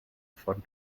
von